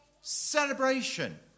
celebration